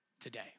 today